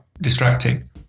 distracting